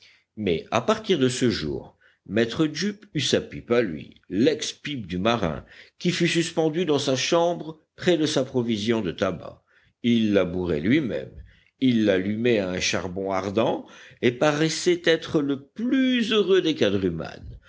mais à partir de ce jour maître jup eut sa pipe à lui lex pipe du marin qui fut suspendue dans sa chambre près de sa provision de tabac il la bourrait lui-même il l'allumait à un charbon ardent et paraissait être le plus heureux des quadrumanes